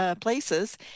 Places